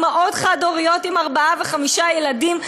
אימהות חד-הוריות עם ארבעה וחמישה ילדים,